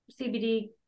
CBD